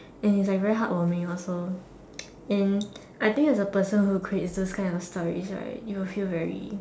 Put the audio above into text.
and it's like very hard for me also and I think as a person who creates those kinds of stories right you will feel very